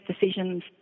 decisions